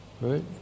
right